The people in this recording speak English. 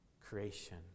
Creation